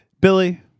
Billy